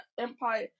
Empire